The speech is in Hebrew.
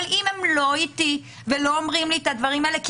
אבל אם הם לא איתי ולא אומרים לי את הדברים האלה כי